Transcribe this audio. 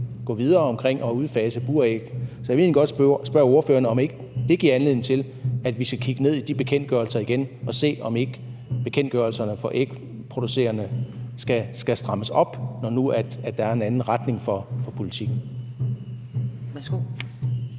gå videre i forhold til at udfase buræg. Jeg vil egentlig godt spørge ordføreren, om ikke det giver anledning til, at vi skal kigge ned i de bekendtgørelser igen og se, om ikke bekendtgørelserne for ægproducenterne skal strammes op, når nu der er en anden retning for politikken. Kl.